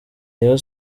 rayon